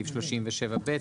סעיף 37(ב),